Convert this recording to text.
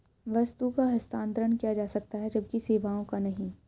वस्तु का हस्तांतरण किया जा सकता है जबकि सेवाओं का नहीं